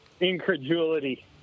Incredulity